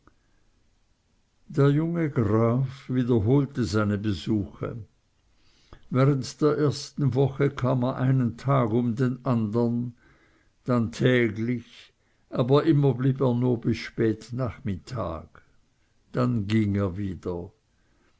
der junge graf wiederholte seine besuche während der ersten woche kam er einen tag um den andern dann täglich aber immer blieb er nur bis spätnachmittag dann ging er wieder